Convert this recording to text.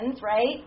right